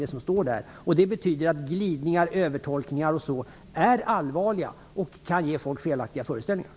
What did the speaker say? Det betyder att allvarliga glidningar och övertolkningar kan ge folk felaktiga föreställningar.